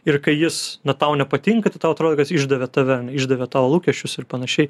ir kai jis tau nepatinka tai tau atrodo kas išdavė tave išdavė tavo lūkesčius ir panašiai